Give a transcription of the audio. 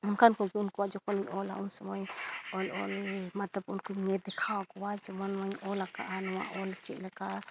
ᱚᱱᱠᱟᱱ ᱠᱚᱜᱮ ᱩᱱᱠᱩᱣᱟᱜ ᱡᱚᱠᱷᱚᱱᱤᱧ ᱚᱞᱟ ᱩᱱ ᱥᱚᱢᱚᱭ ᱚᱞ ᱚᱞ ᱢᱟ ᱛᱟᱵᱚ ᱩᱱᱠᱩᱧ ᱫᱮᱠᱷᱟᱣᱟᱠᱚᱣᱟ ᱡᱮᱢᱚᱱ ᱱᱚᱣᱟᱧ ᱚᱞᱟᱠᱟᱫᱼᱟ ᱱᱚᱣᱟ ᱚᱞ ᱪᱮᱫᱞᱮᱠᱟ